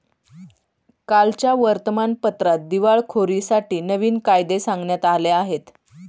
कालच्या वर्तमानपत्रात दिवाळखोरीसाठी नवीन कायदे सांगण्यात आले आहेत